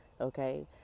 okay